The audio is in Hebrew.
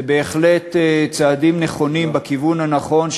זה בהחלט צעדים נכונים בכיוון הנכון,